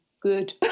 good